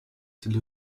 cette